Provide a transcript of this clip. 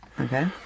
Okay